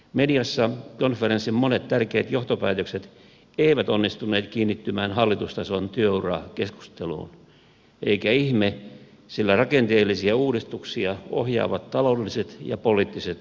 mediassa konferenssin monet tärkeät johtopäätökset eivät onnistuneet kiinnittymään hallitustason työurakeskusteluun eikä ihme sillä rakenteellisia uudistuksia ohjaavat taloudelliset ja poliittiset pakot